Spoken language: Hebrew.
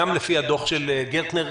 גם לפי הדוח של גרטנר,